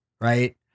right